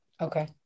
Okay